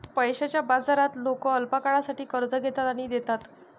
पैशाच्या बाजारात लोक अल्पकाळासाठी कर्ज घेतात आणि देतात